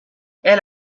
elle